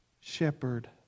shepherd